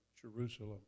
Jerusalem